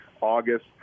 August